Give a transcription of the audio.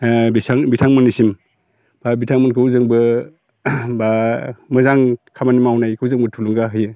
ओ बेसां बिथांमोननिसिम बा बिथांमोनखौ जोंबो बा मोजां खामानि मावनायखौ जोंबो थुलुंगा होयो